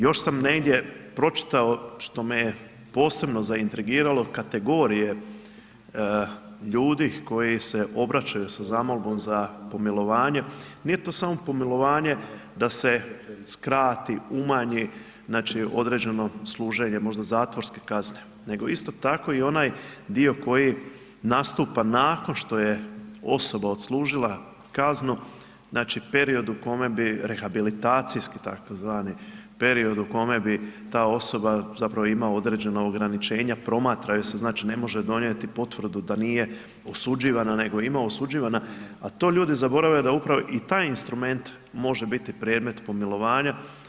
Još sam negdje pročitao što me je posebno zaintrigiralo, kategorije ljudi koji se obraćaju sa zamolbom za pomilovanje, nije to samo pomilovanje da se skrati, umanji određeno služenje možda zatvorske kazne, nego isto tako i onaj dio koji nastupa nakon što je osoba odslužila kaznu, znači period u kome bi rehabilitacijski tzv. period u kome ta osoba ima određena ograničenja, promatra ju se, znači ne može donijeti potvrdu da nije osuđivana nego ima osuđivana, a to ljudi zaborave da upravo i taj instrument može biti predmet pomilovanja.